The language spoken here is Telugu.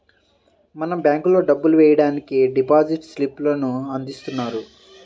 మనం బ్యేంకుల్లో డబ్బులు వెయ్యడానికి డిపాజిట్ స్లిప్ లను అందిస్తున్నారు